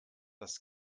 das